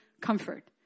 comfort